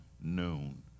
noon